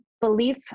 belief